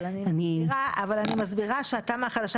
אבל אני מסבירה שהתמ"א החדשה,